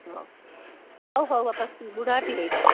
ହଁ ହଉ ହଉ ବାପା ବୁଢ଼ାଟେ ହୋଇଥା